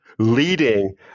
leading